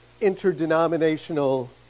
interdenominational